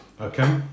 Okay